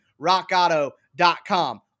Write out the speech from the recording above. rockauto.com